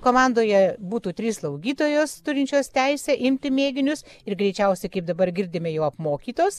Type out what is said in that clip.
komandoje būtų trys slaugytojos turinčios teisę imti mėginius ir greičiausiai kaip dabar girdime jau apmokytos